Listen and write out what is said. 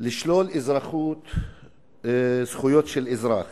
לשלול אזרחות, זכויות של אזרח,